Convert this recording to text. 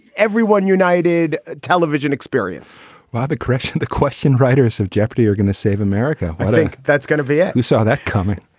everyone. united ah television experience why the crash? and the question writers of jeopardy are going to save america. i think that's gonna be it. who saw that coming?